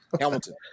Hamilton